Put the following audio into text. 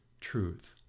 truth